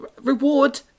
Reward